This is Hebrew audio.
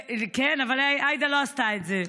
כן, אבל עאידה לא עשתה את זה.